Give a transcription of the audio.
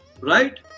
Right